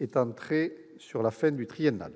est centré sur la fin du budget triennal.